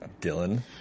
Dylan